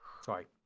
sorry